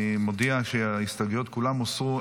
אני מודיע שההסתייגויות כולן הוסרו.